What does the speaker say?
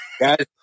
Guys